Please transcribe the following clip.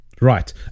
Right